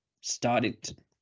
started